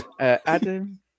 Adam